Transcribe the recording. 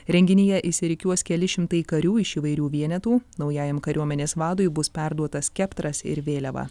renginyje išsirikiuos keli šimtai karių iš įvairių vienetų naujajam kariuomenės vadui bus perduotas skeptras ir vėliava